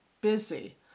busy